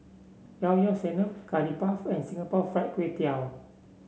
Llao Llao Sanum Curry Puff and Singapore Fried Kway Tiao